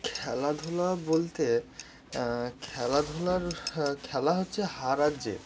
খেলাধুলা বলতে খেলাধুলার খেলা হচ্ছে হার আর জিত